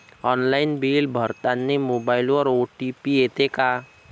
Online bill भरतानी मोबाईलवर OTP येते का?